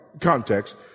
context